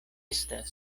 estas